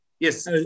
Yes